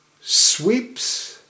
sweeps